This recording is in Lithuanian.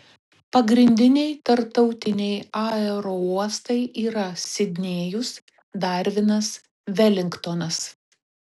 pagrindiniai tarptautiniai aerouostai yra sidnėjus darvinas velingtonas